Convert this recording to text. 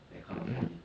then kind of funny